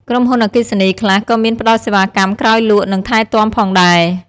ក្រុមហ៊ុនអគ្គីសនីខ្លះក៏មានផ្តល់សេវាកម្មក្រោយលក់ និងថែទាំផងដែរ។